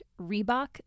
Reebok